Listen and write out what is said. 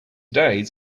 days